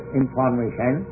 information